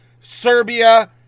Serbia